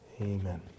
Amen